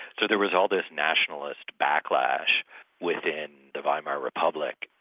so there was all this nationalist backlash within the weimar republic,